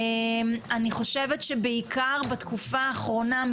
אני חושבת שבעיקר בתקופה האחרונה,